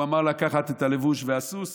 הוא אמר לקחת את הלבוש והסוס